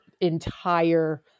entire